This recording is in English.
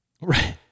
Right